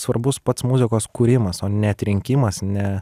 svarbus pats muzikos kūrimas o ne atrinkimas ne